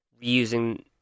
using